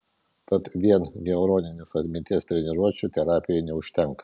tad vien neuroninės atminties treniruočių terapijai neužtenka